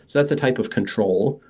that's a type of control.